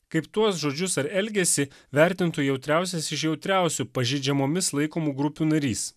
kaip tuos žodžius ar elgesį vertintų jautriausias iš jautriausių pažeidžiamomis laikomų grupių narys